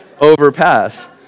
overpass